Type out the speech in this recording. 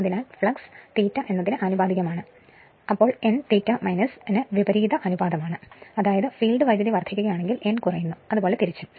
അതിനാൽ ഫ്ലക്സ് ∅ എന്നതിന് ആനുപാതികമാണ് അതായത് n ∅ ന് വിപരീത അനുപാതമാണ് അതായത് ഫീൽഡ് വൈദ്യുതി വർദ്ധിക്കുകയാണെങ്കിൽ n കുറയുന്നു തിരിച്ചും